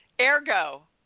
Ergo